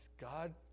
god